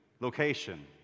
location